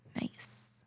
Nice